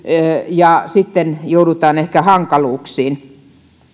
ja sitten joudutaan ehkä hankaluuksiin